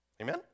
Amen